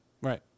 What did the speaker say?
Right